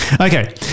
Okay